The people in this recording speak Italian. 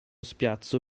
spiazzo